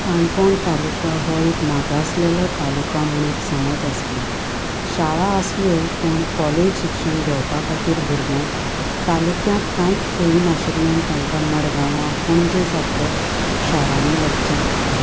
काणकोण तालुका हो एक मागासलेलो तालुका म्हण एक समज आसलो शाळा आसल्यो पूण काॅलेज शिक्षण घेवपा खातीर भुरग्यांक तालुक्यांत कांयच सोयी नाशिल्ल्यान तांकां मडगांवां पणजे सारक्या शारांनी वचचें पडटालें